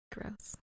Gross